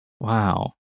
Wow